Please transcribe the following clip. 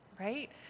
Right